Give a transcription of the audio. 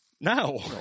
No